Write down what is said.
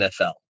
NFL